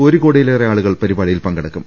ഒരു കോടിയിലേറെ ആളുകൾ പരിപാടിയിൽ പങ്കെടുക്കും